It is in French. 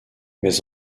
mais